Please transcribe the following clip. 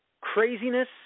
craziness